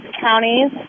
counties